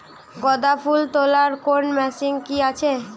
গাঁদাফুল তোলার কোন মেশিন কি আছে?